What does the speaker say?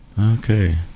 Okay